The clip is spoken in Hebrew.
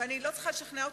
ואני לא צריכה לשכנע אותך,